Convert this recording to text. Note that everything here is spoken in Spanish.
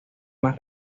más